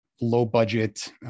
low-budget